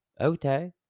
Okay